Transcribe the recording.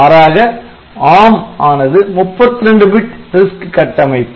மாறாக ARM ஆனது 32 bit RISC கட்டமைப்பு